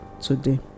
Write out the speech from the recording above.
today